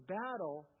battle